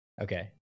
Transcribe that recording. Okay